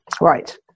Right